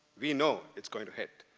we know it's going to it.